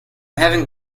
having